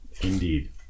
Indeed